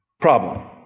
Problem